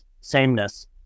sameness